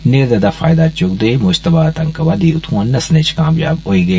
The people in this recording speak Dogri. न्हेरे दा फायदा चुक्कदे होई मुष्तबा आतंकवादी उत्थुआं नस्सने च कामयाब होई गे